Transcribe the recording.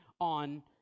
on